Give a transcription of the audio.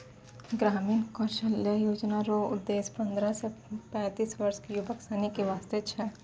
ग्रामीण कौशल्या योजना रो उद्देश्य पन्द्रह से पैंतीस वर्ष के युवक सनी के वास्ते छै